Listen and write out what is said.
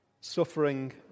Suffering